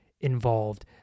involved